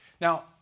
Now